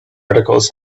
articles